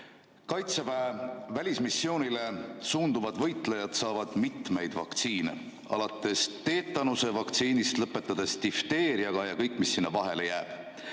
Kaitseväe välismissioonile suunduvad võitlejad saavad mitmeid vaktsiine, alates teetanuse vaktsiinist lõpetades difteeria omaga ja kõik, mis sinna vahele jääb.